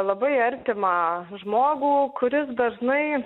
labai artimą žmogų kuris dažnai